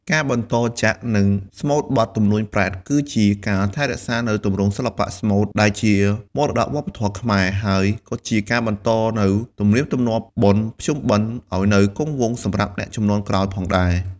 ការបន្តចាក់ និងស្មូតបទ ទំនួញប្រេត គឺជាការ ថែរក្សានូវទម្រង់សិល្បៈស្មូត ដែលជាមរតកវប្បធម៌ខ្មែរ ហើយក៏ជាការបន្តនូវទំនៀមទម្លាប់បុណ្យភ្ជុំបិណ្ឌឲ្យនៅគង់វង្សសម្រាប់អ្នកជំនាន់ក្រោយផងដែរ។